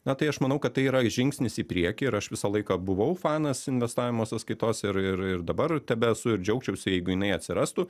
na tai aš manau kad tai yra žingsnis į priekį ir aš visą laiką buvau fanas investavimo sąskaitos ir ir ir dabar tebesu ir džiaugčiausi jeigu jinai atsirastų